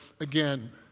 again